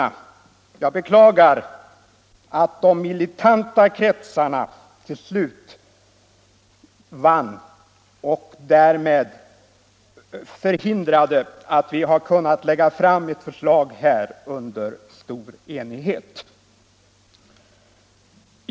Jag beklagar att de militanta kretsarna till slut vann och därmed förhindrade att utskottet lade fram ett förslag under stor enighet.